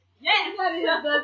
Yes